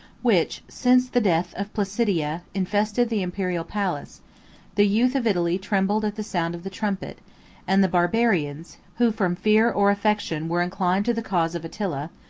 which, since the death of placidia, infested the imperial palace the youth of italy trembled at the sound of the trumpet and the barbarians, who, from fear or affection, were inclined to the cause of attila,